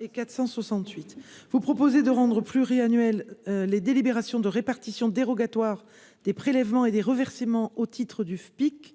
et 468 vous proposer de rendre pluriannuels les délibérations de répartition dérogatoire des prélèvements et des reversements au titre du FPIC